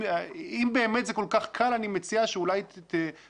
אם זה באמת כל כך קל אני מציע שאולי תשווקו